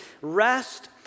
rest